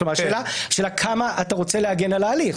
השאלה כמה אתה רוצה להגן על ההליך.